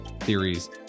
theories